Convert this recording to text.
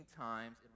times